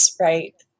right